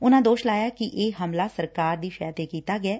ਉਨਾਂ ਦੋਸ਼ ਲਾਇਆ ਕਿ ਇਹ ਹਮਲਾ ਸਰਕਾਰ ਦੀ ਸ਼ੈਅ ਤੇ ਕੀਤਾ ਗਿਐ